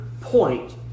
point